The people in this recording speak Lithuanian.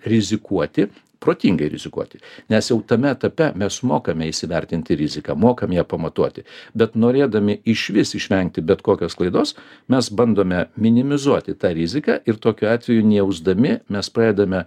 rizikuoti protingai rizikuoti nes jau tame etape mes mokame įsivertinti riziką mokame pamatuoti bet norėdami išvis išvengti bet kokios klaidos mes bandome minimizuoti tą riziką ir tokiu atveju nejausdami mes pradedame